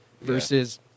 versus